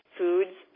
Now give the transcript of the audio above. foods